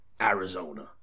Arizona